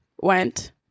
went